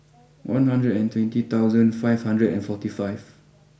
one hundred and twenty thousand five hundred and forty five